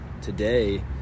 today